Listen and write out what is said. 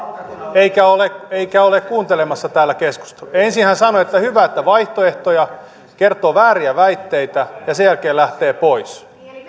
eikä ole kuuntelemassa täällä keskustelua ensin hän sanoo että on hyvä että on vaihtoehtoja kertoo vääriä väitteitä ja sen jälkeen lähtee pois